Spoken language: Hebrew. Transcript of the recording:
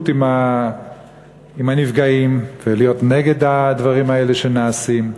עם הנפגעים ולהיות נגד הדברים האלה שנעשים.